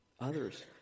others